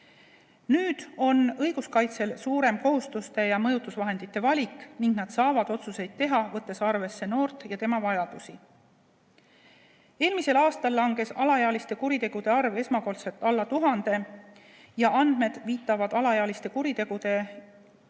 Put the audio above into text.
Nüüd on õiguskaitsjatel suurem kohustuste ja mõjutusvahendite valik ning nad saavad otsuseid teha, võttes arvesse noort ja tema vajadusi. Eelmisel aastal langes alaealiste sooritatud kuritegude arv esmakordselt alla 1000 ja andmed viitavad alaealiste kuritegude